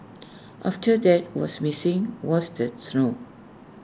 after that was missing was the snow